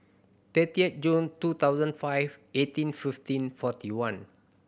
thirty June two thousand and five eighteen fifteen forty one